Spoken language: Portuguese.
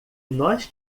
nós